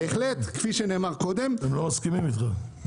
בהחלט, כפי שנאמר קודם -- הם לא מסכימים איתך.